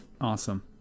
Awesome